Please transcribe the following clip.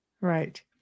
Right